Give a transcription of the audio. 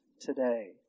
today